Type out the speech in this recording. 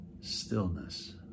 stillness